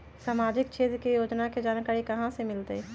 सामाजिक क्षेत्र के योजना के जानकारी कहाँ से मिलतै?